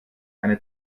eine